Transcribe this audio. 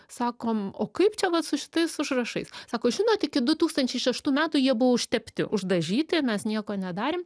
sakom o kaip čia vat su šitais užrašais sako žinot iki du tūkstančiai šeštų metų jie buvo užtepti uždažyti mes nieko nedarėm